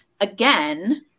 again